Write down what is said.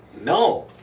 No